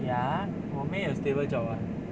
ya 我们也有 stable job [what]